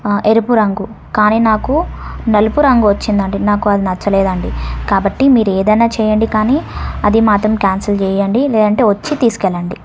ఎరుపు రంగు కానీ నాకు నలుపు రంగు వచ్చింది అండి నాకు అది నచ్చలేదు అండి కాబట్టి మీరు ఏదైనా చేయండి కానీ అది మాత్రం క్యాన్సల్ చేయండి లేదంటే వచ్చి తీసుకెళ్ళండి